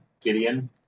Gideon